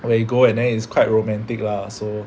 where you go and then it's quite romantic lah so